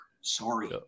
Sorry